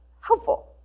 helpful